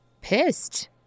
pissed